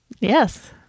Yes